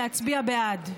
להצביע בעד.